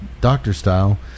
doctor-style